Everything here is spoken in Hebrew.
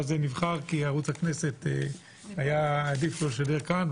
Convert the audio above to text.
זה נבחר כי ערוץ הכנסת היה עדיף לו לשדר מכאן,